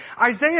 Isaiah